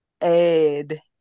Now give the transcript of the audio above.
Ed